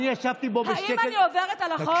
אני ישבתי פה בשקט, האם אני עוברת על החוק?